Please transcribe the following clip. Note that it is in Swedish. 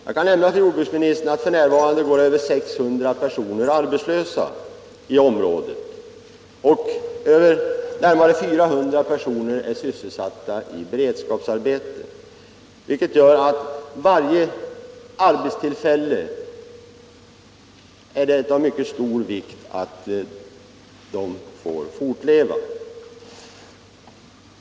Jag kan nämna för jordbruksministern att över 600 personer går arbetslösa i området och att närmare 400 personer är sysselsatta i beredskapsarbete, vilket gör det mycket viktigt att varje arbetstillfälle blir kvar.